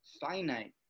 finite